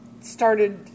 started